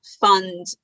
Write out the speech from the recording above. fund